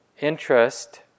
interest